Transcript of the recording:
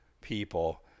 people